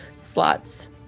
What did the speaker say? slots